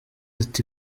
ati